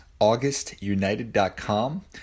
augustunited.com